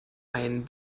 ein